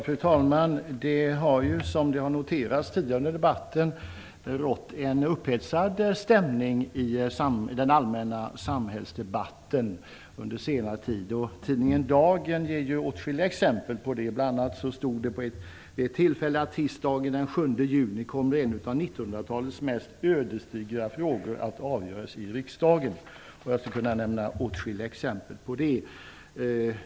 Fru talman! Som man har noterat tidigare under denna diskussion, har det rått en upphetsad stämning i den allmänna samhällsdebatten under senare tid. Tidningen Dagen ger åtskilliga exempel härpå. Bl.a. stod det vid ett tillfälle att tisdagen den 7 juni kommer en av 1900-talets mest ödesdigra frågor att avgöras i riksdagen. Jag skulle kunna ge flera exempel.